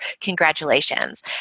Congratulations